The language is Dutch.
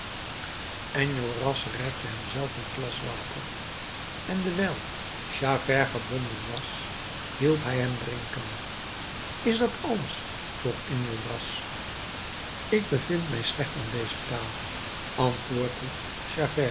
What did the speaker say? enjolras reikte hem zelf een glas water en dewijl javert gebonden was hielp hij hem drinken is dat alles vroeg enjolras ik bevind mij slecht aan dezen paal antwoordde